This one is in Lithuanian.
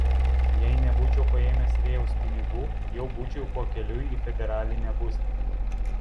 jei nebūčiau paėmęs rėjaus pinigų jau būčiau pakeliui į federalinę būstinę